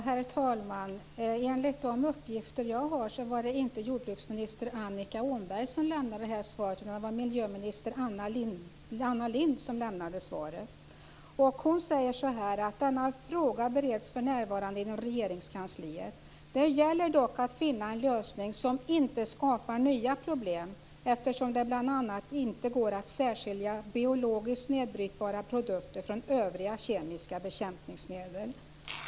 Herr talman! Enligt de uppgifter jag har var det inte jordbruksminister Annika Åhnberg som lämnade det svaret, utan det var miljöminister Anna Lindh som gjorde det. Hon säger så här: Denna fråga bereds för närvarande inom Regeringskansliet. Det gäller dock att finna en lösning som inte skapar nya problem, eftersom det bl.a. inte går att särskilja biologiskt nedbrytbara produkter från övriga kemiska bekämpningsmedel.